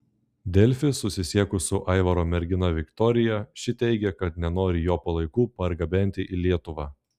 delfi susisiekus su aivaro mergina viktorija ši teigė kad nenori jo palaikų pergabenti į lietuvą